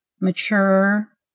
mature